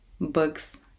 books